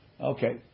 Okay